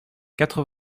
quatre